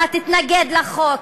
אתה תתנגד לחוק.